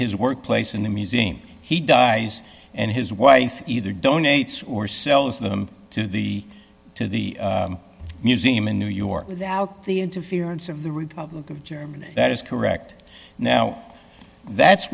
his workplace in the museum he dies and his wife either donates or sells them to the to the museum in new york without the interference of the republic of germany that is correct now that's